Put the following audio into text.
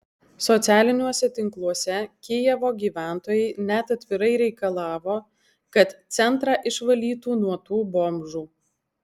socialiniuose tinkluose kijevo gyventojai net atvirai reikalavo kad centrą išvalytų nuo tų bomžų